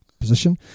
position